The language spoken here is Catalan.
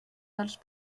dels